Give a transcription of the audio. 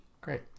Great